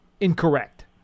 incorrect